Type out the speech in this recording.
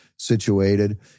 situated